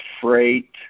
freight